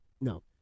no